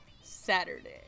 Saturday